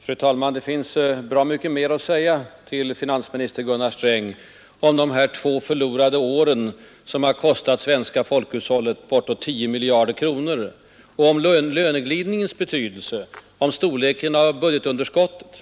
Fru talman! Det finns bra mycket mera att säga till finansminister Gunnar Sträng om de två förlorade år som kostat det svenska folkhushållet bortåt 10 miljarder kronor, om löneglidningens betydelse och om storleken av budgetunderskottet.